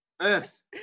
Yes